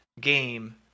game